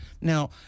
Now